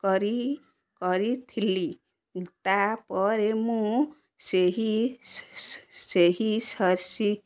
କରି କରିଥିଲି ତାପରେ ମୁଁ ସେହି ସେହି